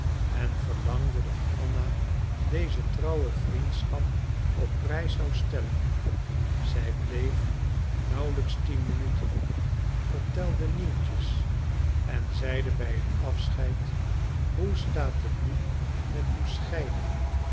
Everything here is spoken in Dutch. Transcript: en verlangde dat anna deze trouwe vriendschap op prijs zou stellen zij bleef nauwelijks tien minuten vertelde nieuwtjes en zeide bij het afscheid hoe staat het nu met uw scheiding